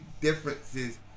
differences